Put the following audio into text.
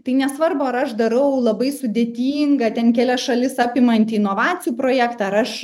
tai nesvarbu ar aš darau labai sudėtingą ten kelias šalis apimantį inovacijų projektą ar aš